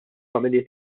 familji